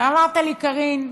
אמרת לי: קארין,